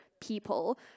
people